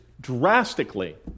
drastically